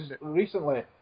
recently